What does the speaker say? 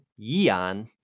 Yeon